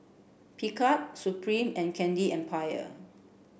Picard Supreme and Candy Empire